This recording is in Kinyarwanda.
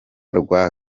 rwa